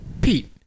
Pete